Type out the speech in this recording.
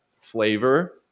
flavor